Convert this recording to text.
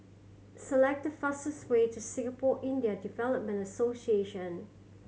select the fastest way to Singapore Indian Development Association